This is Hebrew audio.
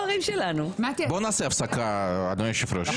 בוא נעשה הפסקה, אדוני היושב-ראש.